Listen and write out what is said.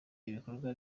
ibikorwa